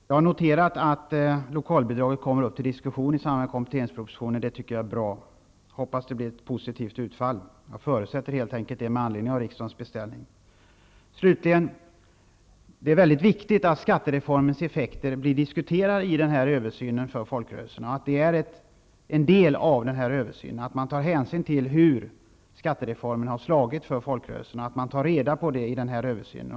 Jag har noterat att lokalbidraget kommer upp till diskussion i samband med kompletteringspropositionen. Jag tycker att det är bra och förutsätter med anledning av riksdagens beställning att det skall ge ett positivt utfall. Det är slutligen mycket viktigt att skattereformens effekter diskuteras i samband med folkrörelsernas verksamhet. Som en del av denna översyn bör man ta reda på hur skattereformen har slagit för folkrörelserna. Man får inte glömma bort detta.